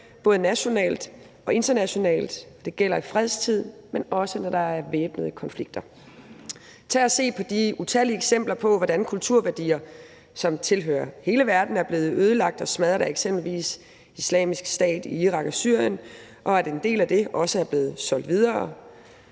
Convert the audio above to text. både nationalt og internationalt. Det gælder i fredstid, men også, når der er væbnede konflikter. Tag og se på de utallige eksempler på, hvordan kulturværdier, som tilhører hele verden, er blevet ødelagt og smadret af eksempelvis Islamisk Stat i Irak og Syrien, og hvordan en del af disse også er blevet solgt videre.